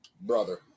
brother